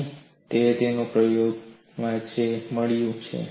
શું તે તેના પ્રયોગોમાં જે મળ્યું તે જ છે